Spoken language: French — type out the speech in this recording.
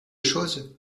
chose